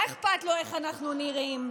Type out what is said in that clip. מה אכפת לו איך אנחנו נראים.